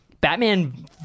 Batman